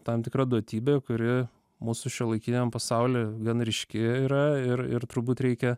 tam tikra duotybė kuri mūsų šiuolaikiniam pasaulyje gan ryški yra ir ir turbūt reikia